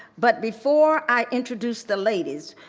but before i introduce the ladies,